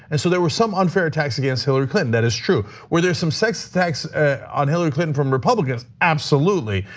and so there were some unfair attacks against hillary clinton. that is true. were there some sex attacks on hillary clinton from republicans? absolutely.